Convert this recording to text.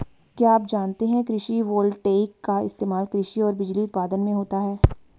क्या आप जानते है कृषि वोल्टेइक का इस्तेमाल कृषि और बिजली उत्पादन में होता है?